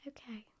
Okay